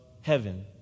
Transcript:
heaven